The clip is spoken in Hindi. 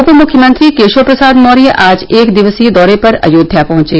उप मुख्यमंत्री केशव प्रसाद मौर्य आज एक दिवसीय दौरे पर अयोध्या पहुंचे